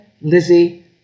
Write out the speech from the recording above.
Lizzie